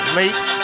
late